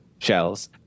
Shells